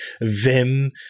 Vim